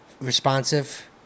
responsive